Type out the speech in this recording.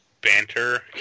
banter